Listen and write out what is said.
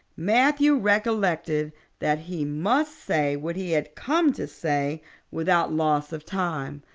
matthew recollected that he must say what he had come to say without loss of time,